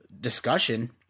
discussion